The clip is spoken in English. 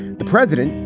the president,